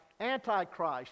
Antichrist